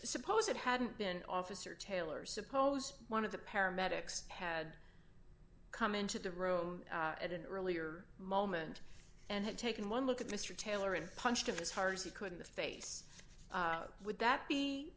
suppose it hadn't been officer taylor suppose one of the paramedics had come into the room at an earlier moment and had taken one look at mr taylor and punched it as hard as he could in the face would that be